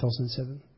2007